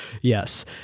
yes